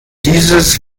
dieses